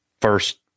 first